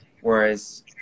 whereas